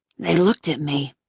they looked at me.